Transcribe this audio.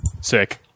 Sick